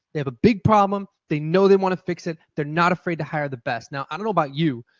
they have a big problem. they know they want to fix it. they're not afraid to hire the best. now, i don't know about you,